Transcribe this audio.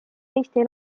eesti